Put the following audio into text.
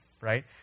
right